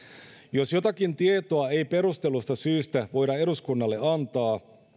jos jotakin tietoa ei perustellusta syystä voida eduskunnalle antaa